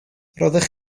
roeddech